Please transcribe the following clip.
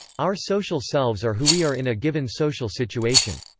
our social selves are who we are in a given social situation.